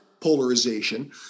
Polarization